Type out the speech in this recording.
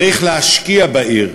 צריך להשקיע בעיר,